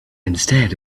instead